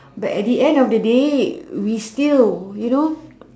but at the end of the day we still you know